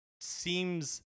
seems